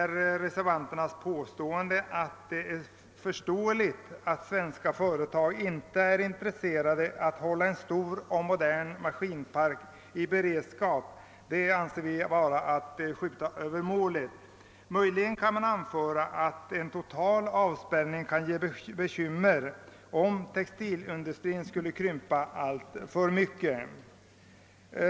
Reservanternas påstående att det är förståeligt att svenska företag inte är intresserade av att hålla en stor, modern maskinpark i beredskap anser vi därför vara att skjuta över målet. Man kan möjligen säga att en total avspärrning kan medföra bekym mer, om textilindustrin då skulle krympa alltför mycket.